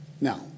Now